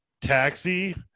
Taxi